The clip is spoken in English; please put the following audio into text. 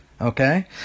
Okay